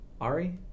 Ari